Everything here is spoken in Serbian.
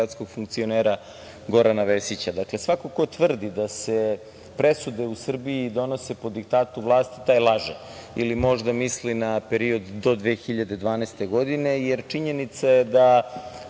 funkcionera Gorana Vesića. Dakle, svako ko tvrdi da se presude u Srbiji donose po diktatu vlasti, taj laže ili možda misli na period do 2012. godine, jer činjenica je da